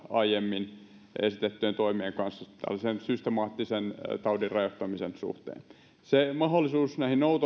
aiemmin esitettyjen toimien kanssa tällaisen systemaattisen taudin rajoittamisen suhteen mahdollisuus noutomyyntiin ja henkilöstöravintolojen ja